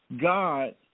God